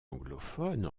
anglophone